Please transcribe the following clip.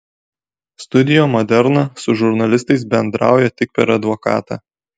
studio moderna su žurnalistais bendrauja tik per advokatą